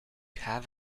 have